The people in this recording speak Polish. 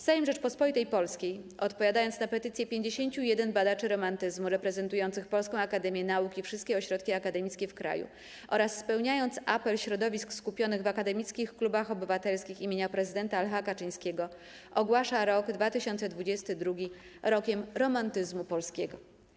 Sejm Rzeczypospolitej Polskiej - odpowiadając na petycję 51 badaczy romantyzmu reprezentujących Polską Akademię Nauk i wszystkie ośrodki akademickie w kraju oraz spełniając apel środowisk skupionych w Akademickich Klubach Obywatelskich im. Prezydenta Lecha Kaczyńskiego - ogłasza rok 2022 Rokiem Romantyzmu Polskiego”